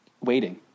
Waiting